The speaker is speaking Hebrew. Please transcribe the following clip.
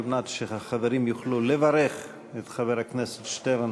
על מנת שהחברים יוכלו לברך את חבר הכנסת שטרן,